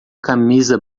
camisa